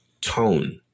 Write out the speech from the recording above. tone